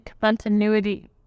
continuity